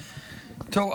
טוב.